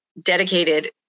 dedicated